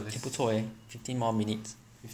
不错 leh fifteen more minutes